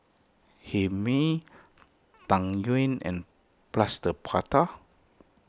Hae Mee Tang Yuen and Plaster Prata